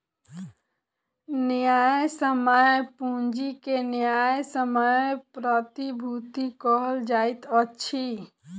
न्यायसम्य पूंजी के न्यायसम्य प्रतिभूति कहल जाइत अछि